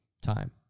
time